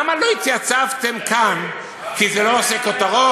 למה לא התייצבתם כאן, כי זה לא עושה כותרות?